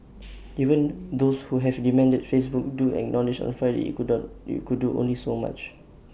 even those who have demanded Facebook do acknowledged on Friday IT could do only so much